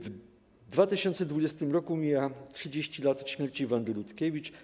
W 2022 roku mija trzydzieści lat od śmierci Wandy Rutkiewicz.